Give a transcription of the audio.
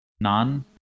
None